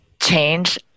change